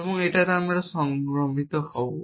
এবং আমরা সংক্রামিত হব